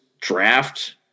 draft